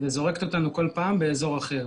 וזורקת אותנו כל פעם באזור אחר.